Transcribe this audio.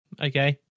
Okay